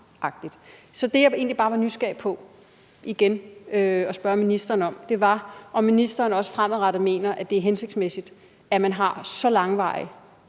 Så det, jeg egentlig bare er nysgerrig på, og som jeg gerne vil spørge ministeren om igen, er det med, om ministeren også fremadrettet mener, at det er hensigtsmæssigt, at man har så langvarige